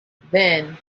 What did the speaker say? then